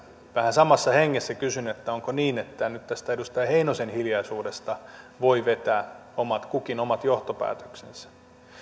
samassa hengessä kysyn onko niin että nyt tästä edustaja heinosen hiljaisuudesta voi vetää kukin omat johtopäätöksensä